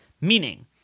Meaning